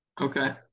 Okay